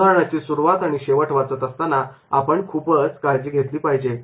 उदाहरणाची सुरुवात आणि शेवट वाचत असताना आपण खूपच काळजी घेतली पाहिजे